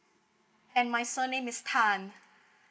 and my surname is tan